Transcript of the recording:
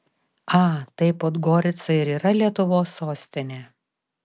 a tai podgorica ir yra lietuvos sostinė